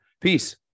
peace